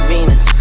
Venus